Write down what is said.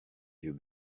yeux